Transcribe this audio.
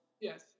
Yes